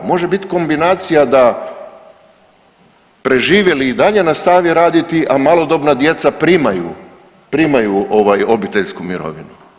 Može bit kombinacija da preživjeli i dalje nastavi raditi, a malodobna djeca primaju obiteljsku mirovinu.